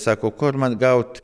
sako kur man gaut